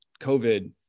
COVID